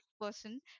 person